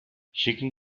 schicken